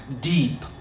deep